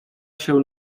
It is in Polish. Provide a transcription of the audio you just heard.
się